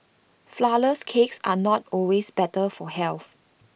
Flourless Cakes are not always better for health